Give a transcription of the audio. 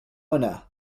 هنا